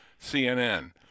CNN